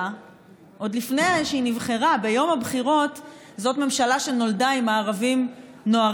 טוב, או שאחד הילדים מרגיש לא טוב.